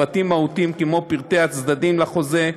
פרטים מהותיים כמו פרטי הצדדים לחוזה,